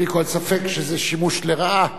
בלי כל ספק שזה שימוש לרעה